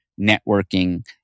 networking